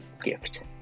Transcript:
gift